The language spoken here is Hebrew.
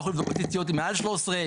לקחו עובדים עם מעל 13,